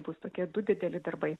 bus tokie du dideli darbai